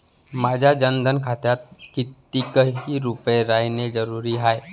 माह्या जनधन खात्यात कितीक रूपे रायने जरुरी हाय?